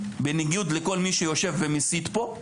בניגוד לכל מי שיושב ומסית פה,